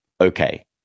Okay